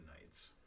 nights